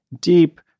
deep